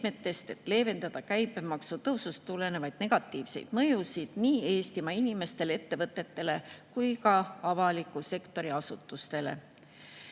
et leevendada käibemaksu tõusust tulenevaid negatiivseid mõjusid nii Eestimaa inimestele, ettevõtetele kui ka avaliku sektori asutustele.